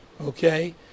Okay